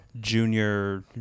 Junior